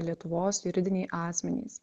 lietuvos juridiniai asmenys